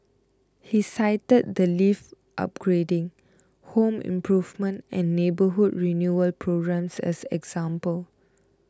he cited the lift upgrading home improvement and neighbourhood renewal programmes as examples